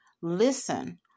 listen